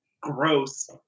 gross